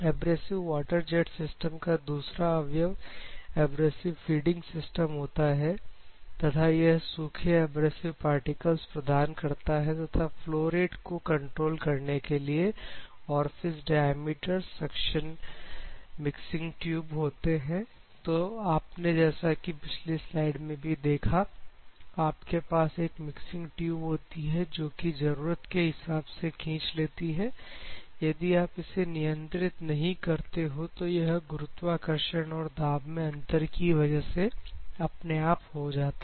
abrasive water jet system का दूसरा अवयव एब्रेसिव फीडिंग सिस्टम होता है तथा यह सूखे एब्रेसिव पार्टिकल प्रदान करता है तथा फ्लो रेट को कंट्रोल करने के लिए orifice diameter suction mixing tube होते हैं तो आपने जैसा कि पिछली स्लाइड में भी देखा आपके पास एक मिक्सिंग ट्यूब होती है जो की जरूरत के हिसाब से खींच लेती है यदि आप इसे नियंत्रित नहीं करते हो तो यह गुरुत्वाकर्षण और दाब में अंतर की वजह से अपने आप हो जाता है